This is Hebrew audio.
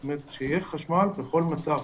זאת אומרת שיהיה חשמל בכל מצב